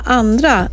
andra